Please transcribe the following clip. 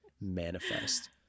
Manifest